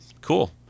cool